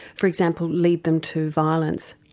for example, lead them to violence?